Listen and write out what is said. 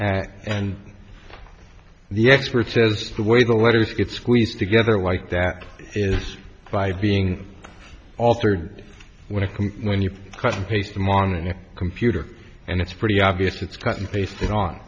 at and the expert says the way the letters get squeezed together like that is by being altered when it comes when you cut and paste them on a computer and it's pretty obvious it's cut and paste